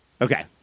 Okay